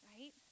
right